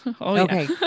Okay